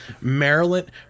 Maryland